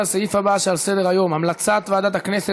לסעיף הבא שעל סדר-היום: המלצת ועדת הכנסת